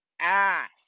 ass